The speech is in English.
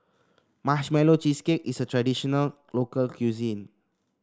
Marshmallow Cheesecake is a traditional local cuisine